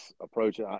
approach